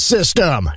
System